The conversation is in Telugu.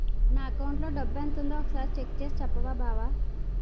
నా అకౌంటులో డబ్బెంతుందో ఒక సారి చెక్ చేసి చెప్పవా బావా